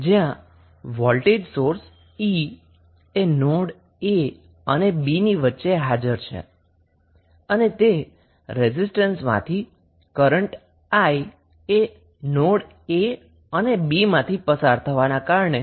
જ્યાં voltage source E એ node a અને b ની વચ્ચે હાજર છે અને તે રેઝિસ્ટન્સમાંથી કરન્ટ I નોડ a અને b માંથી પસાર થવાના કારણે છે